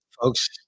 Folks